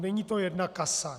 Není to jedna kasa.